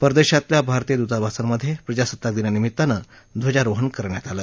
परदेशातल्या भारतीय दूतावासांमधेही प्रजासत्ताक दिनानिमित्त ध्वजारोहण करण्यात आलं